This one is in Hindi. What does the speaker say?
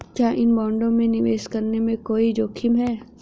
क्या इन बॉन्डों में निवेश करने में कोई जोखिम है?